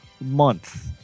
month